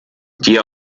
die